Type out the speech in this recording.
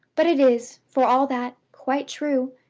but it is, for all that, quite true.